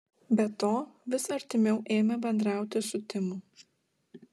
be to vis artimiau ėmė bendrauti su timu